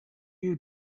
you